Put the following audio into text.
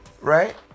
right